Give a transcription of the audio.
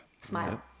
smile